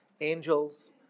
Angels